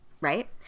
Right